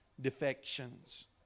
defections